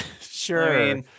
sure